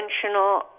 conventional